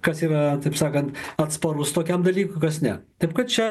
kas yra taip sakant atsparus tokiam dalykui kas ne taip kad čia